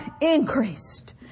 increased